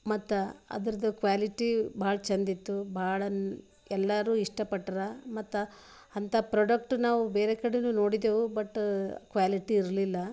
ಮತ್ತು ಅದರ್ದು ಕ್ವ್ಯಾಲಿಟಿ ಭಾಳ ಚಂದಿತ್ತು ಭಾಳನೆ ಎಲ್ಲಾರು ಇಷ್ಟಪಟ್ರು ಮತ್ತು ಅಂಥ ಪ್ರೊಡಕ್ಟ್ ನಾವು ಬೇರೆ ಕಡೆಯೂ ನೋಡಿದ್ದೆವು ಬಟ್ ಕ್ವ್ಯಾಲಿಟಿ ಇರಲಿಲ್ಲ